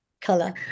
Color